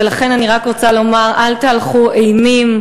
ולכן אני רק רוצה לומר: אל תהלכו אימים.